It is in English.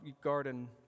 garden